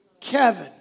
Kevin